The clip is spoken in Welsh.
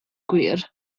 gwir